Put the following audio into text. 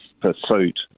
pursuit